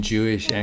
Jewish